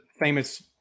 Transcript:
famous